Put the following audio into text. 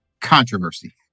controversy